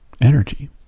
energy